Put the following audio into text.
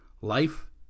life